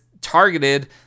targeted